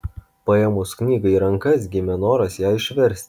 paėmus knygą į rankas gimė noras ją išversti